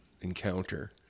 encounter